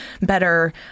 better